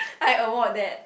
I award that